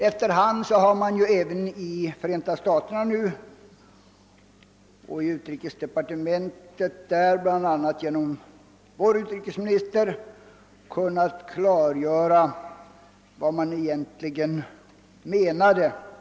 Efter hand har bl.a. vår utrikesminister kunnat klargöra för utrikesdepartementet i Förenta staterna vad man egentligen menade.